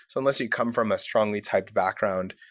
unless you come from a strongly typed background,